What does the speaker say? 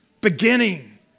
beginning